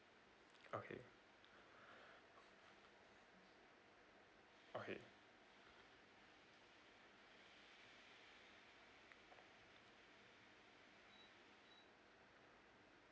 okay okay